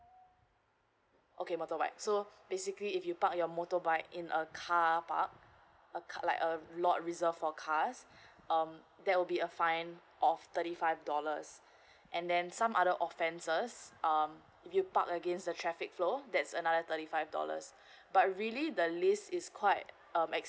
okay motorbike so basically if you park your motorbike in a car park a car like a lot reserved for cars um there will be a fine of thirty five dollars and then some other offences um you park against the traffic flow that's another thirty five dollars but really the list is quite um